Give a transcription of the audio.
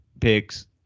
picks